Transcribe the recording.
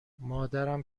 مادرم